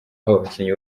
abakinnyi